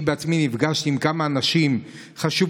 אני בעצמי נפגשתי עם כמה אנשים חשובים